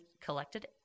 collected